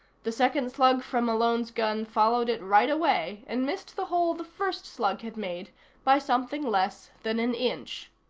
the second slug from malone's gun followed it right away, and missed the hole the first slug had made by something less than an inch.